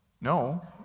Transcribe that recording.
no